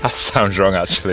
ah sounds wrong actually